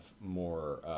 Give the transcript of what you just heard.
more